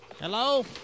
Hello